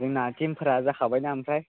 जोंना टिमफ्रा जाखाबायना आमफ्राय